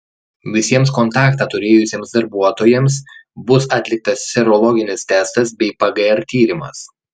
visiems kontaktą turėjusiems darbuotojams bus atliktas serologinis testas bei pgr tyrimas